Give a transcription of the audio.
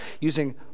using